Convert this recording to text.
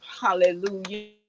Hallelujah